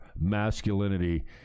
masculinity